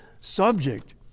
subject